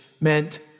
meant